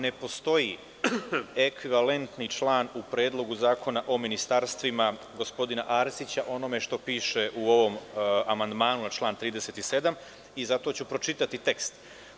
Ne postoji ekvikvalentni član u Predlogu zakona o ministarstvima gospodina Arsića, o onome što piše u ovom amandmanu na član 37. i zato ću pročitati tekst.